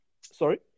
sorry